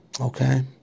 okay